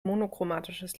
monochromatisches